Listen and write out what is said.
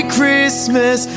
Christmas